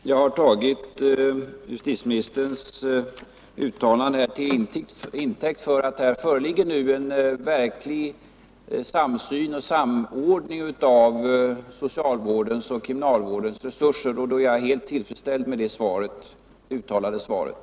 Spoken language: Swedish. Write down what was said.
Herr talman! Jag tolkar justitieministerns uttalande så att det föreligger en verklig samsyn och samordning när det gäller socialvårdens och kriminalvårdens resurser. Jag är helt tillfredsställd med det uttalandet.